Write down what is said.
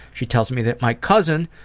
she tells me that my cousin,